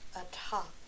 atop